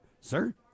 sir